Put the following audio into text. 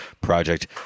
project